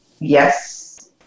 Yes